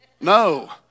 No